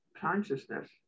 consciousness